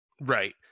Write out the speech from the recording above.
Right